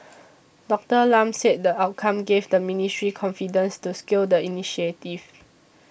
Doctor Lam said the outcomes gave the ministry confidence to scale the initiative